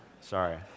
sorry